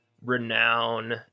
Renown